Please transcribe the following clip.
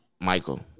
Michael